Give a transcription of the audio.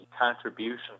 contributions